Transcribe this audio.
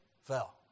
fell